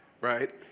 Right